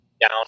down